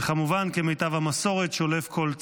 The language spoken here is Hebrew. וכמובן, כמיטב המסורת,